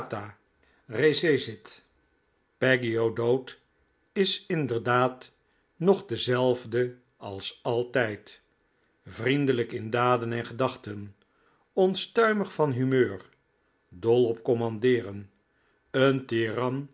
recessit peggy o'dowd is inderdaad nog dezelfde als altijd vriendelijk in daden en gedachten onstuimig van humeur dol op commandeeren een